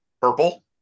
purple